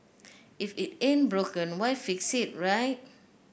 if it ain't broken why fix it right